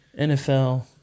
NFL